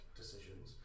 decisions